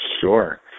Sure